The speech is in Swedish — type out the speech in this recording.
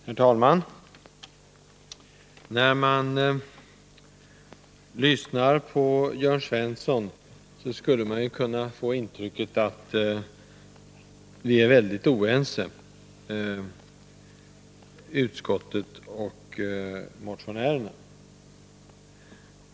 Herr talman! När man lyssnar på Jörn Svensson skulle man kunna få intrycket att utskottet och motionärerna är väldigt oense.